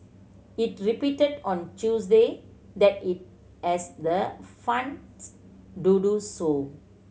it repeated on Tuesday that it has the funds to do so